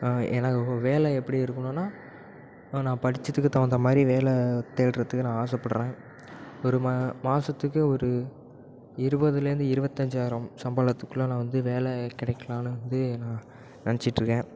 எனக்கு வேலை எப்படி இருக்கணும்னா நான் படித்ததுக்கு தகுந்த மாதிரி வேலை தேடுறதுக்கு நான் ஆசைப்பட்றேன் ஒரு மா மாதத்துக்கு ஒரு இருபதுலேருந்து இருபத்தஞ்சாயிரம் சம்பளத்துக்குள்ளே நான் வந்து வேலை கிடைக்கலானு வந்து நான் நினச்சிட்டிருக்கேன்